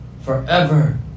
forever